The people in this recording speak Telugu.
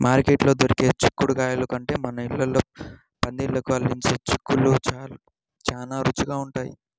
మార్కెట్లో దొరికే చిక్కుడుగాయల కంటే మన ఇళ్ళల్లో పందిళ్ళకు అల్లించే చిక్కుళ్ళు చానా రుచిగా ఉంటయ్